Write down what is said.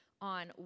on